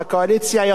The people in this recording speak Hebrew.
יכול להיות,